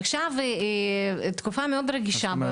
עכשיו תקופה מאוד רגישה ברוסיה.